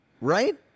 right